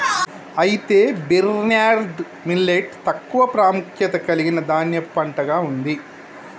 అయితే barnyard millet తక్కువ ప్రాముఖ్యత కలిగిన ధాన్యపు పంటగా ఉంది